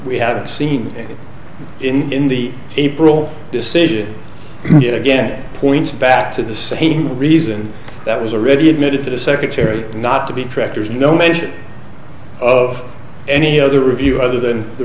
haven't seen it in the april decision yet again points back to the same reason that was already admitted to the secretary not to be tractors no mention of any other review other than the